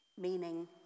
meaning